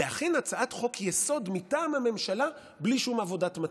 להכין הצעת חוק-יסוד מטעם הממשלה בלי שום עבודת מטה.